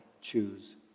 choose